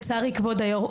לצערי כבוד היו״ר,